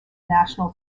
national